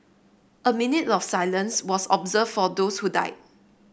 a minute of silence was observed for those who died